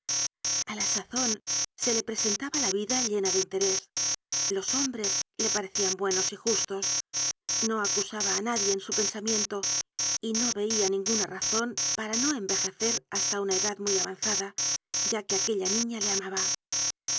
a la sazon se le presentaba la vida llena de interés los hombres le parecian buenos y justos no acusaba á nadie en su pensamiento y no veia ninguna razon para no envejecer hasta una edad muy avanzada ya que aquella niña le amaba